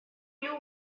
you